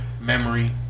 memory